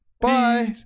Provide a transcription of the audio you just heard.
Bye